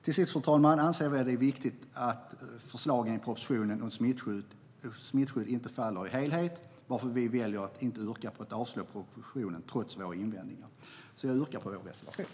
Till sist, fru talman, anser vi att det är viktigt att förslagen i propositionen om smittskyddsläkemedel inte faller i sin helhet, varför vi väljer att inte yrka avslag på propositionen trots våra invändningar. Jag yrkar bifall till vår reservation.